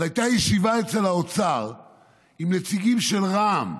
אז הייתה ישיבה אצל האוצר עם נציגים של רע"מ,